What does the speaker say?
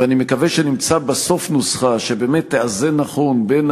ואני מקווה שנמצא בסוף נוסחה שבאמת תאזן נכון בין